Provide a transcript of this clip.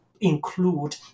include